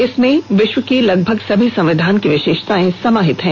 इसमें विश्व की लगभग सभी संविधान की विशेषताएं समाहित हैं